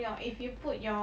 ya